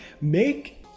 Make